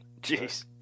Jeez